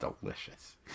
delicious